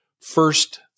First